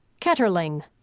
ketterling